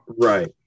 Right